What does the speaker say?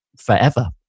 forever